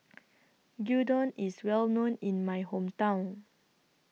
Gyudon IS Well known in My Hometown